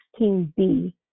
16b